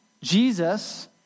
Jesus